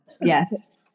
Yes